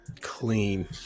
clean